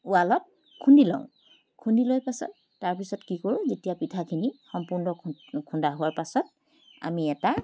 উড়ালত খুন্দি লওঁ খুন্দি লোৱাৰ পাছত তাৰপিছত কি কৰোঁ যেতিয়া পিঠাখিনি সম্পূৰ্ণ খুন্দা হোৱাৰ পাছত আমি এটা